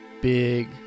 big